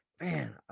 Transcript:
Man